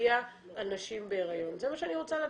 תשפיע על נשים בהריון, זה מה שאני רוצה לדעת.